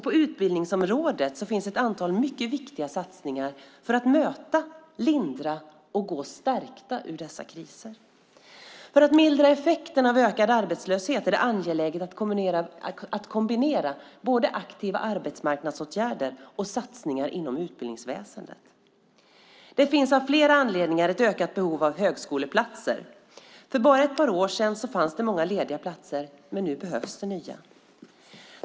På utbildningsområdet finns ett antal mycket viktiga satsningar för att möta, lindra och gå stärkta ur dessa kriser. För att mildra effekten av ökad arbetslöshet är det angeläget att kombinera aktiva arbetsmarknadsåtgärder med satsningar inom utbildningsväsendet. Det finns av flera anledningar ett ökat behov av högskoleplatser. För bara ett par år sedan fanns det många lediga platser, men nu behövs det nya.